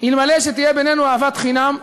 אם לא תהיה בינינו אהבת חינם.